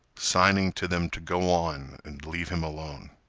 signing to them to go on and leave him alone.